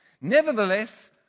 Nevertheless